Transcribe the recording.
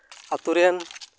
ᱟᱛᱳ ᱨᱮᱱ